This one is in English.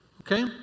Okay